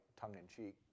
tongue-in-cheek